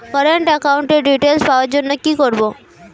Current একাউন্টের details পাওয়ার জন্য কি করব?